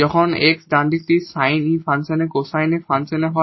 যখন x ডান দিকটি সাইন ফাংশনে কোসাইন ফাংশন হয়